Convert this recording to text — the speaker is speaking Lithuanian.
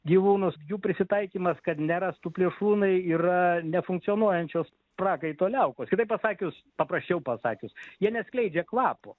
gyvūnus jų prisitaikymas kad nerastų plėšrūnai yra nefunkcionuojančios prakaito liaukos kitaip pasakius paprasčiau pasakius jie neskleidžia kvapo